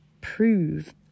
prove